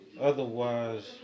otherwise